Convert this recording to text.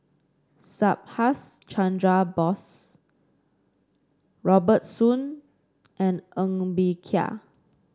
Subhas Chandra Bose Robert Soon and Ng Bee Kia